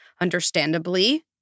understandably